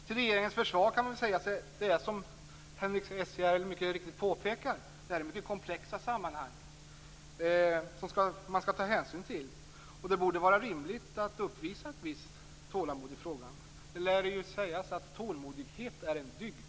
Till regeringens försvar går det att säga det som Henrik S Järrel mycket riktigt påpekar, nämligen att det är fråga om komplexa sammanhang. Det vore rimligt att visa ett visst tålamod i frågan. Tålmodighet är en dygd.